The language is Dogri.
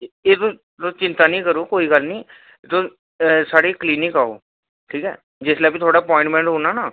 तुस चिंता निं करो कोई गल्ल निं तुस साढ़ी क्लीनिक आओ ठीक ऐ अलग थुआढ़ा अप्वाईनमेंट होना ना